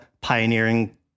pioneering